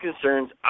concerns